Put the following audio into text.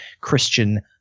Christian